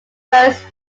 first